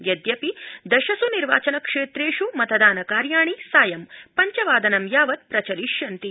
यद्यपि दशस् निर्वाचनक्षेत्रेष् मतदानकार्याणि सायं पञ्चवादनं यावत् प्रचलिष्यन्ति